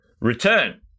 return